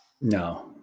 No